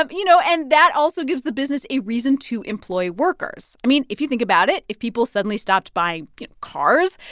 um you know? and that also gives the business a reason to employ workers. i mean, if you think about it, if people suddenly stopped buying cars,